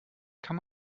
kann